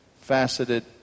faceted